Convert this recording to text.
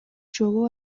жолу